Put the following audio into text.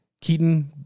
keaton